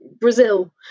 Brazil